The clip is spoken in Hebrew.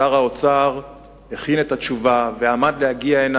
שר האוצר הכין את התשובה ועמד להגיע לכאן,